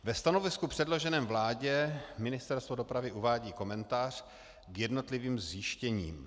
Ve stanovisku předloženém vládě Ministerstvo dopravy uvádí komentář k jednotlivým zjištěním.